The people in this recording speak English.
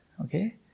Okay